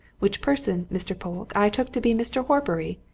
which person, mr. polke, i took to be mr. horbury.